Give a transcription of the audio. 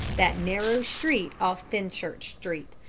that narrow street off fenchurch street,